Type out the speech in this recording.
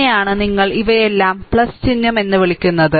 ഇതിനെയാണ് നിങ്ങൾ ഇവയെല്ലാം ചിഹ്നം എന്ന് വിളിക്കുന്നത്